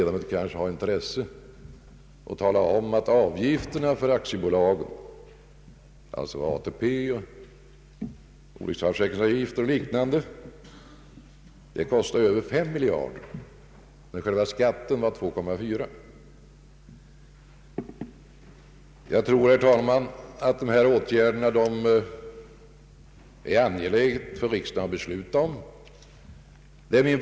Det kanske är av intresse för kammarens ledamöter att höra att avgifterna för aktiebolagen, alltså ATP, olycksfallsavgifter och liknande, utgör mer än 5 miljarder kronor, medan själva skatten är 2,4 miljarder. Det är, herr talman, angeläget för riksdagen att besluta om dessa åtgärder.